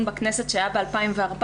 ב-2014,